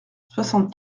soixante